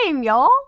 y'all